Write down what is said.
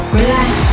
relax